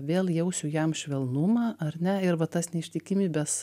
vėl jausiu jam švelnumą ar ne ir va tas neištikimybės